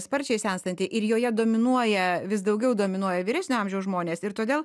sparčiai senstanti ir joje dominuoja vis daugiau dominuoja vyresnio amžiaus žmonės todėl